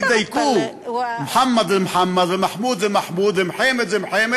אתה מצפה שבאמת יגידו את השמות האלה וידייקו: מוחמד זה מוחמד,